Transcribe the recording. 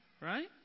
right